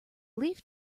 leaf